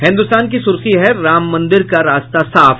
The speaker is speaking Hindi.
हिन्दुस्तान की सुर्खी है राम मंदिर का रास्ता साफ